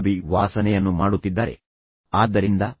ಮಗ ಪ್ರವಾಸಕ್ಕೆ ಹೋಗಲು ಬಯಸುತ್ತಾನೆ ಅದು ಸಮಸ್ಯೆಯಾಗಿದೆ